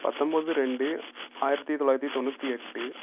பத்தம்பது ரெண்டு ஆயிரத்தி தொள்ளாயிரத்தி தொண்ணூற்றி எட்டு